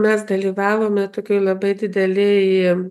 mes dalyvavome tokioj labai didelėje